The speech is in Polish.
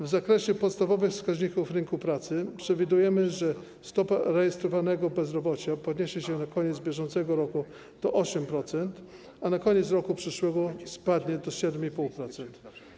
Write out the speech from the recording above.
W zakresie podstawowych wskaźników rynku pracy przewidujemy, że stopa rejestrowanego bezrobocia podniesie się na koniec bieżącego roku do 8%, a na koniec roku przyszłego spadnie do 7,5%.